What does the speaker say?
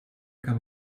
kann